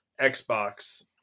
Xbox